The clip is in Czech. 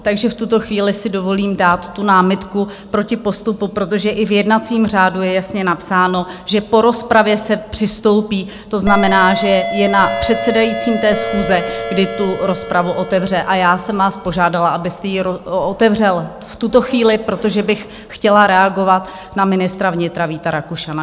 Takže v tuto chvíli si dovolím dát námitku proti postupu, protože i v jednacím řádu je jasně napsáno, že po rozpravě se přistoupí, to znamená, že je na předsedajícím schůze, kdy rozpravu otevře, a já jsem vás požádala, abyste ji otevřel v tuto chvíli, protože bych chtěla reagovat na ministra vnitra Víta Rakušana.